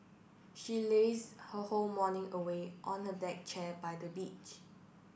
she laze her whole morning away on a deck chair by the beach